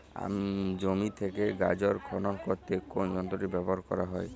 জমি থেকে গাজর খনন করতে কোন যন্ত্রটি ব্যবহার করা হয়?